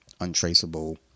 Untraceable